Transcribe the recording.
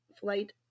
flight